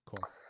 Cool